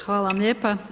Hvala vam lijepa.